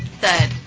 Third